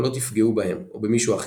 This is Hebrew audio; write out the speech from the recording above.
הקולות יפגעו בהם או במישהו אחר.